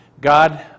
God